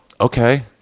Okay